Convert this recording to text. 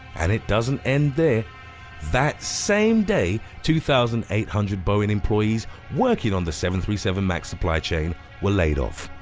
and it doesn't end there that same day, two thousand eight hundred boeing employees working on the seven seven max supply chain were laid off.